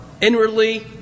Inwardly